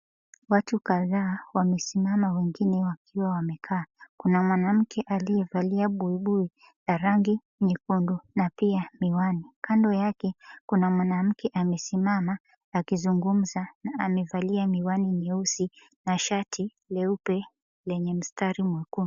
Watu kadhaa wamesimama wengine wakiwa wamekaa. Kuna mwanamke aliyevalia buibui la rangi nyekundu na pia miwani. Kando yake, kuna mwanamke amesimama akizungumza na amevalia miwani nyeusi na shati leupe lenye mstari mwekundu.